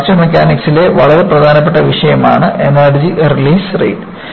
fracture മെക്കാനിക്സിലെ വളരെ പ്രധാനപ്പെട്ട വിഷയമാണ് എനർജി റിലീസ് റേറ്റ്